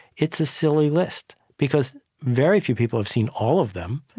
it's a silly list because very few people have seen all of them.